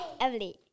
Emily